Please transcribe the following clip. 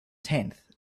tenth